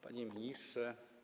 Panie Ministrze!